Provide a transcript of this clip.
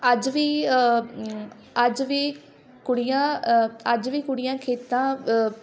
ਅੱਜ ਵੀ ਅੱਜ ਵੀ ਕੁੜੀਆਂ ਅੱਜ ਵੀ ਕੁੜੀਆਂ ਖੇਤਾਂ